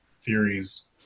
theories